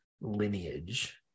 lineage